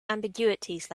ambiguities